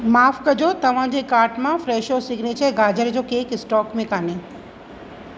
माफ़ु कजो तव्हांजे कार्ट मां फ़्रेशो सिग्नेचर गजरु जो केक स्टोक में कोन्हे